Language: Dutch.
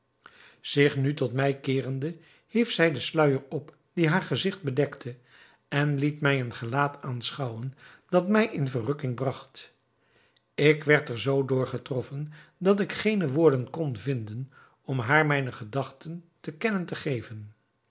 zich nu tot mij keerende hief zij den sluijer op die haar gezigt bedekte en liet mij een gelaat aanschouwen dat mij in verrukking bragt ik werd er zoo door getroffen dat ik geene woorden kon vinden om haar mijne gedachten te kennen te geven